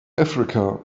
africa